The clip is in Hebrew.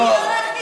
אני אמרתי הדתה?